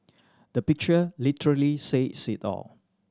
the picture literally says it all